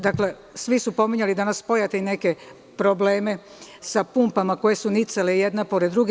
Dakle, svi su pominjali danas Pojate i neke probleme sa pumpama koje su nicale jedne pored druge.